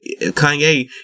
Kanye